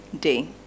day